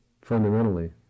fundamentally